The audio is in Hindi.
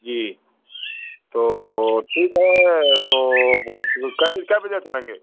जी तो ठीक है तो कै कै बजे चलेंगे